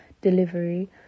delivery